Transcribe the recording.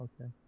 Okay